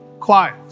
quiet